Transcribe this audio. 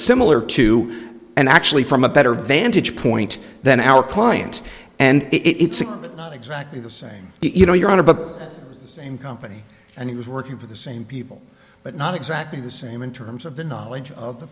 similar to and actually from a better vantage point than our client and it's not exactly the same you know your honor but same company and he was working for the same people but not exactly the same in terms of the knowledge of the